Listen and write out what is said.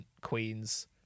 Queens